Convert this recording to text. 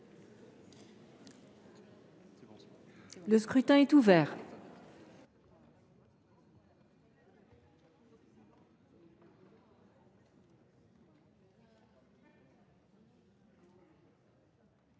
Le scrutin est ouvert.